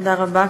תודה רבה.